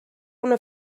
una